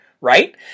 right